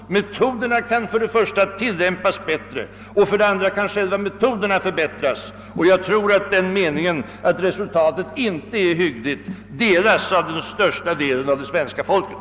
För det första kan metoderna tillämpas bättre, och för det andra kan själva metoderna förbättras. Jag tror att den meningen, att resultatet inte är hyggligt, omfattas av större delen av svenska folket.